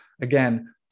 again